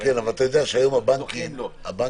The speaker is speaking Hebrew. דוחים לו.